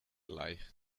leicht